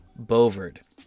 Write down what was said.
Bovard